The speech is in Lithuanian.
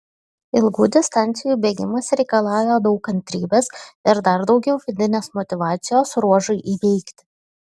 ilgų distancijų bėgimas reikalauja daug kantrybės ir dar daugiau vidinės motyvacijos ruožui įveikti